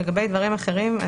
לגבי דברים אחרים,